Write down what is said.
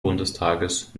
bundestages